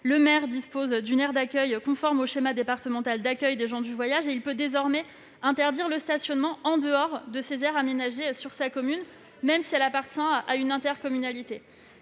le maire dispose d'une aire d'accueil conforme au schéma départemental d'accueil des gens du voyage, il peut désormais interdire le stationnement en dehors des terrains aménagés sur sa commune, même si elle appartient à une intercommunalité.